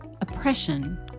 oppression